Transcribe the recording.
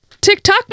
TikTok